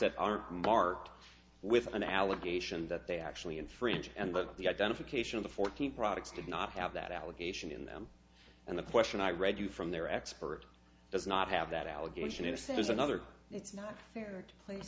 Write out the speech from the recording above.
that are marked with an allegation that they actually infringe and that the identification of the fourteen products did not have that allegation in them and the question i read you from their expert does not have that allegation it says another it's not fair to pl